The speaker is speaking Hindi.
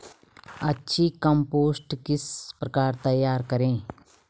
अच्छी कम्पोस्ट किस प्रकार तैयार करें?